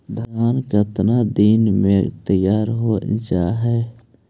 धान केतना दिन में तैयार हो जाय है?